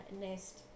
nest